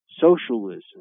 socialism